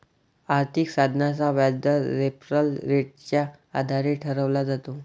आर्थिक साधनाचा व्याजदर रेफरल रेटच्या आधारे ठरवला जातो